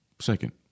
Second